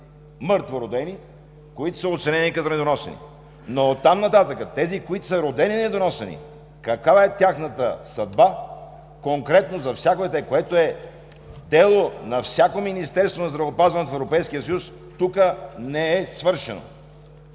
мъртвородени, които са оценени като недоносени. Оттам нататък на тези, които са родени недоносени, каква е тяхната съдба – конкретно за всяко дете, е дело на всяко Министерство на здравеопазването в Европейския съюз, тук не е свършено.